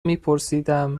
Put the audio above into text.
میپرسیدم